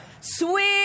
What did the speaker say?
Sweet